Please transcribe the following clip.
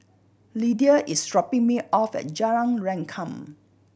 Lidia is dropping me off at Jalan Rengkam